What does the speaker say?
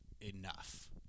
enough